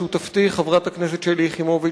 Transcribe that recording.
שותפתי חברת הכנסת שלי יחימוביץ,